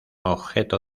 objeto